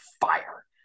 fire